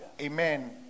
Amen